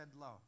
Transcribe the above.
love